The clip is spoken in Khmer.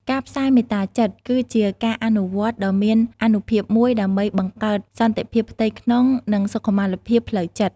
ការផ្សាយមេត្តាចិត្ត គឺជាការអនុវត្តន៍ដ៏មានអានុភាពមួយដើម្បីបង្កើតសន្តិភាពផ្ទៃក្នុង និងសុខុមាលភាពផ្លូវចិត្ត។